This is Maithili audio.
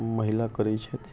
महिला करै छथि